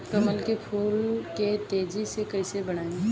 कमल के फूल के तेजी से कइसे बढ़ाई?